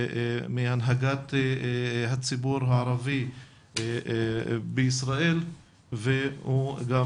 מהנהגת הציבור הערבי בישראל והוא גם